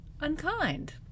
unkind